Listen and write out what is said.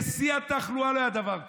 בשיא התחלואה לא היה דבר כזה.